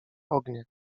ognie